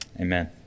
Amen